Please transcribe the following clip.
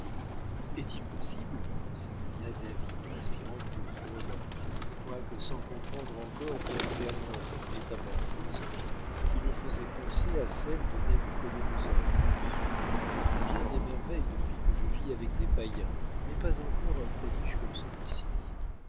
est-il possible s'écria david respirant plus librement quoique sans comprendre encore bien clairement cette métamorphose qui le faisait penser à celle de nabuchodonosor j'ai vu bien des merveilles depuis que je vis avec des païens mais pas encore un prodige comme celui-ci